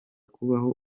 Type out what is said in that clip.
kubaho